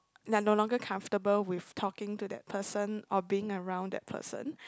you're no longer comfortable with talking to that person or being around that person